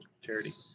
charity